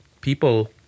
people